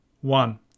One